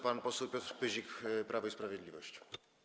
Pan poseł Piotr Pyzik, Prawo i Sprawiedliwość.